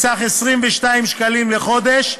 בסך 22 שקלים לחודש.